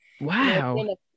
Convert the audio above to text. Wow